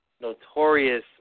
notorious